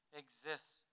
exists